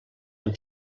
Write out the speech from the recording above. amb